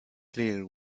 clear